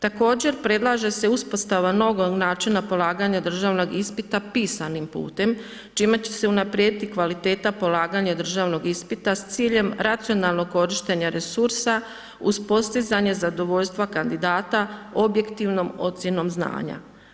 Također predlaže se uspostava novog načina polaganje državnog ispita pisanim putem, čime će se unaprijediti kvaliteta polaganja državnog ispita, s ciljem racionalnog korištenja resursa, uz postizanje zadovoljstva kandidata objektivnom ocjenom znanja.